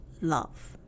love